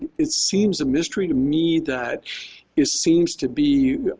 it seems a mystery to me that it seems to be